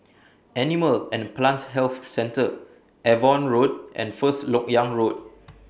Animal and Plant Health Centre Avon Road and First Lok Yang Road